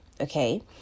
Okay